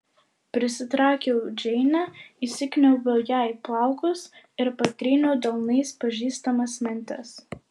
prisitraukiau džeinę įsikniaubiau jai į plaukus ir patryniau delnais pažįstamas mentes